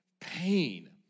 pain